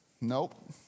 Nope